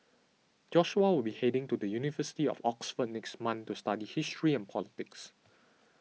Joshua will be heading to the University of Oxford next month to study history and politics